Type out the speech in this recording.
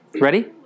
Ready